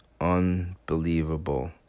unbelievable